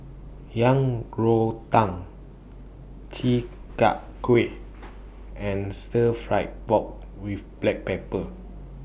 Yang Rou Tang Chi Kak Kuih and Stir Fried Pork with Black Pepper